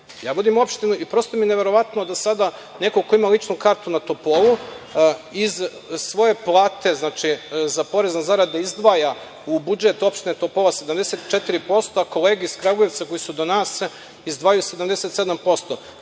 Ja vodim opštinu i prosto mi je neverovatno da sada neko ko ima ličnu kartu na Topolu iz svoje plate za porez na zarade izdvaja u budžet opštine Topola 74%, a kolege iz Kragujevca koji su do nas izdvajaju 77%.